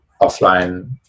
offline